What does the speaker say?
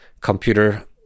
computer